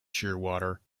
shearwater